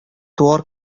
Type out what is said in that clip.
туар